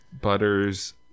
Butter's